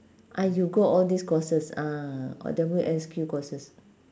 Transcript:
ah you go all these courses ah all W_S_Q courses